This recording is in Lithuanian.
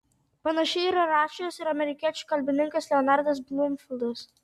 panašiai yra rašęs ir amerikiečių kalbininkas leonardas blumfildas